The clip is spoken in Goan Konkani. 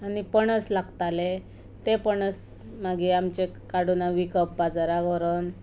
आनी पणस लागताले ते पणस मागीर आमचे काडून विंकप बाजारांत व्हरून